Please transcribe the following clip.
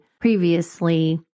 previously